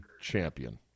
Champion